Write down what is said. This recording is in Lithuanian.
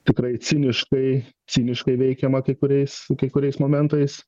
tikrai ciniškai ciniškai veikiama kai kuriais kai kuriais momentais